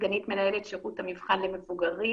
שירות המבחן למבוגרים.